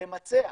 למצע,